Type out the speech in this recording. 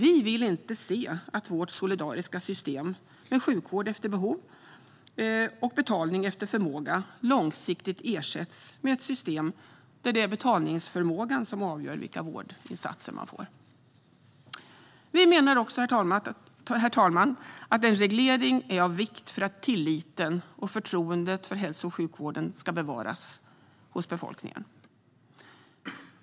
Vi vill inte se att vårt solidariska system med sjukvård efter behov och betalning efter förmåga långsiktigt ersätts med ett system där det är betalningsförmågan som avgör vilka vårdinsatser man får. Herr talman! Vi menar också att en reglering är av vikt för att tilliten till och förtroendet för hälso och sjukvården ska bevaras hos befolkningen.